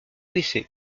décès